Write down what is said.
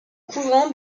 couvent